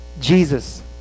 Jesus